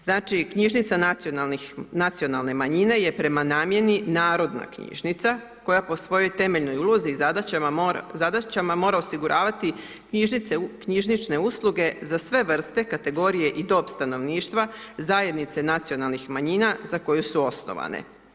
Znači, knjižnica nacionalne manjine je prema namjeni narodna knjižnica koja po svojoj temeljnoj ulozi i zadaćama mora osiguravati knjižnične usluge za sve vrste, kategorije i dob stanovništva, zajednice nacionalnih manjina za koje su osnovane.